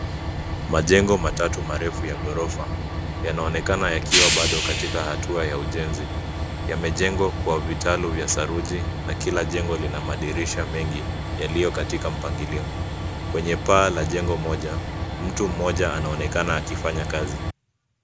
Majengo matatu marefu ya gorofa yanaonekana yakiwa bado katika hatua ya ujenzi. Yamejengwa kwa vitalu vya saruji na kila jengo lina madirisha mengi, yaliyokatika mpangilio. Kwenye paa la jengo moja, mtu mmoja anaonekana akifanya kazi.